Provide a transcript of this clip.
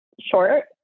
short